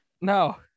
No